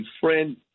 friend